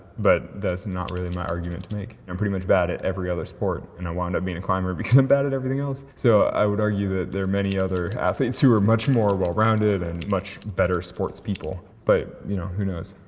but that's not really my argument to make. i'm pretty much bad at every other sport, and i wound up being a climber because i'm bad at everything else. so, i would argue that there are many other athletes who are much more well rounded and much better sportspeople. but, you know, who knows.